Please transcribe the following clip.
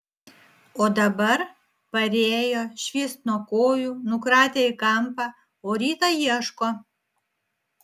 o dabar parėjo švyst nuo kojų nukratė į kampą o rytą ieško